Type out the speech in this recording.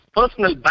Personal